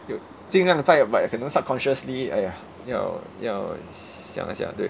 有尽量在 but I can don't subconsciously !aiya! 要要想一下对